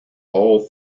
all